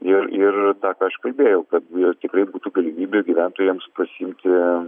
ir ir tą ką aš kalbėjau kad ir tikrai būtų galimybė gyventojams pasiimti